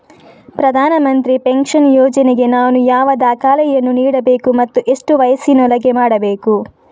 ಪ್ರಧಾನ ಮಂತ್ರಿ ಪೆನ್ಷನ್ ಯೋಜನೆಗೆ ನಾನು ಯಾವ ದಾಖಲೆಯನ್ನು ನೀಡಬೇಕು ಮತ್ತು ಎಷ್ಟು ವಯಸ್ಸಿನೊಳಗೆ ಮಾಡಬೇಕು?